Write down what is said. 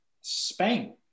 Spain